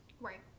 Right